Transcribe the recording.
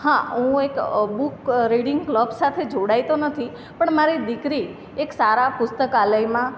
હા હું એક બુક રીડિંગ ક્લબ સાથે જોડાઈ તો નથી પણ મારી દીકરી એક સારા પુસ્તકાલયમાં